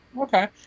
Okay